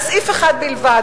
על סעיף אחד בלבד.